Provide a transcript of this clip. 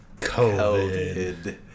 COVID